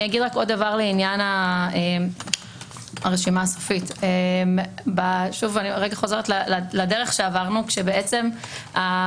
עוד דבר לעניין הרשימה הסופית: אני חוזרת רגע לדרך שעברנו שהעברת